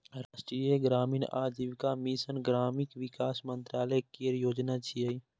राष्ट्रीय ग्रामीण आजीविका मिशन ग्रामीण विकास मंत्रालय केर योजना छियै